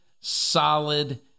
solid